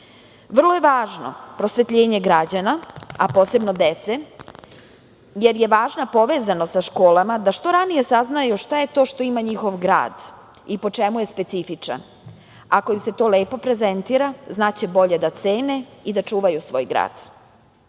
je važno prosvetljenje građana, a posebno dece, jer je važna povezanost sa školama da što ranije saznaju šta je to što ima njihov grad i po čemu je specifičan. Ako im se to lepo prezentira znaće bolje da cene i da čuvaju svoj grad. Na